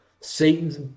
Satan's